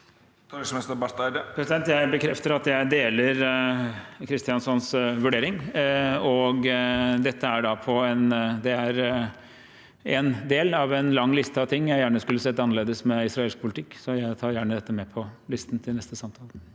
Jeg bekrefter at jeg deler Kristjánssons vurdering. Det er en del av en lang liste av ting jeg gjerne skulle sett annerledes med israelsk politikk, så jeg tar gjerne dette med på listen til neste samtale.